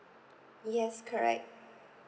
yes correct